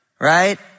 right